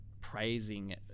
praising